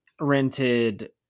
rented